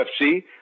UFC